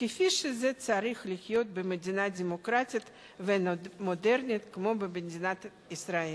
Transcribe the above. כפי שזה צריך להיות במדינה דמוקרטית ומודרנית כמו במדינת ישראל.